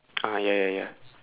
ah ya ya ya